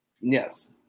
Yes